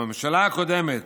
בממשלה הקודמת,